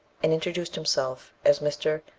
and introduced himself as mr.